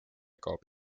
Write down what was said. kaob